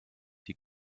die